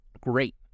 Great